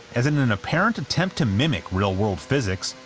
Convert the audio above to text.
as in an an apparent attempt to mimic real world physics,